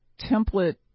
template